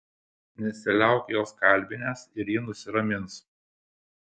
nesiliauk jos kalbinęs ir ji nusiramins